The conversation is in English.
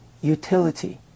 utility